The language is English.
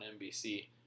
nbc